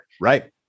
Right